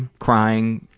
and crying?